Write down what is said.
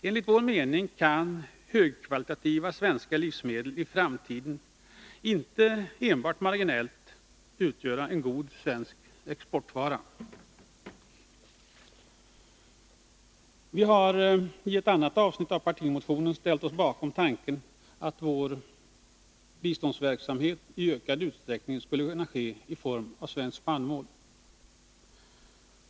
Enligt vår mening kan högkvalitativa svenska livsmedel i framtiden inte enbart marginellt utgöra en god svensk exportvara. Vi har i ett annat avsnitt av partimotionen ställt oss bakom tanken att vårt bistånd i ökad utsträckning skulle kunna ske i form av svenskt spannmål.